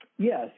Yes